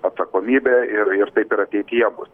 atsakomybė ir ir taip ir ateityje bus